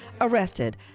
arrested